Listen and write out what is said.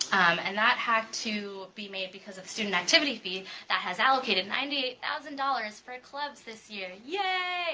and that had to be made because of student activity fee that has allocated ninety eight thousand dollars for clubs this year, yeah